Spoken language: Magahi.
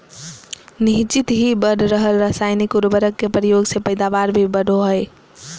निह्चित ही बढ़ रहल रासायनिक उर्वरक के प्रयोग से पैदावार भी बढ़ो हइ